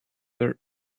there